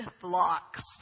blocks